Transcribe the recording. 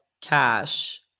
cash